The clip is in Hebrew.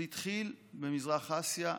זה התחיל במזרח אסיה,